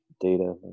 data